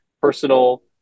personal